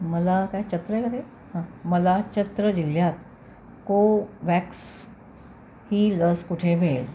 मला काय चत्र आहे का ते हं मला चत्र जिल्ह्यात कोव्हॅक्स ही लस कुठे मिळेल